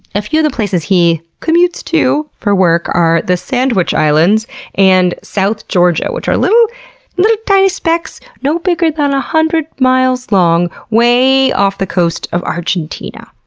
a few of the places he commutes to for work are the sandwich islands and south georgia, which are little little tiny specks no bigger than one hundred miles long, way off the coast of argentina.